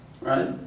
right